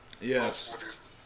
Yes